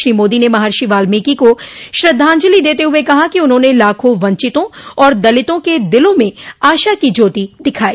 श्री मोदी ने महर्षि वाल्मिकी को श्रद्धांजलि देते हुए कहा कि उन्होंने लाखों वंचितों और दलितों के दिलों में आशा की ज्योति दिखाई